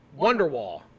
Wonderwall